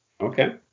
Okay